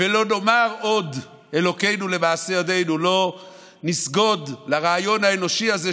"ולא נאמר עוד אלהינו למעשה ידינו" לא נסגוד לרעיון האנושי הזה,